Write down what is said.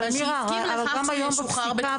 מירה אבל גם היום בפסיקה,